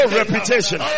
reputation